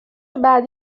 بعدی